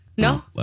No